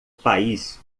país